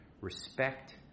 Respect